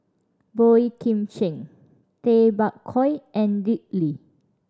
Boey Kim Cheng Tay Bak Koi and Dick Lee